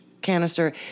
Canister